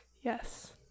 Yes